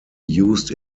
used